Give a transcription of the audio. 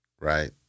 right